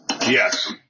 Yes